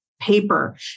paper